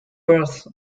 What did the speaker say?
births